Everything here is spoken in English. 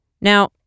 Now